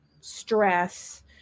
stress